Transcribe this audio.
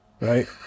right